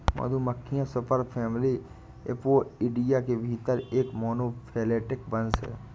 मधुमक्खियां superfamily Apoidea के भीतर एक मोनोफैलेटिक वंश हैं